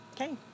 Okay